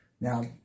Now